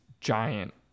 giant